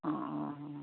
অ' অ' অ'